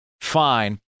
Fine